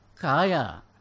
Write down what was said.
Kaya